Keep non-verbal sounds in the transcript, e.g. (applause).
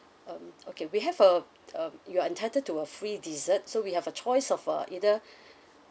um okay we have a uh you're entitled to a free dessert so we have a choice of uh either (breath)